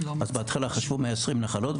ביישובים שהם בני 150 שנים,